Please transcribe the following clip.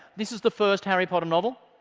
this is the first harry potter novel.